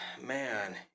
Man